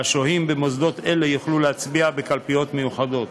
והשוהים במוסדות אלה יוכלו להצביע בקלפיות המיוחדות.